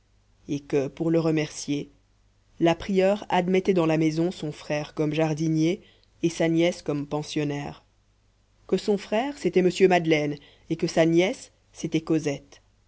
et que pour le remercier la prieure admettait dans la maison son frère comme jardinier et sa nièce comme pensionnaire que son frère c'était mr madeleine et que sa nièce c'était cosette